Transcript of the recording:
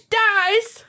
dies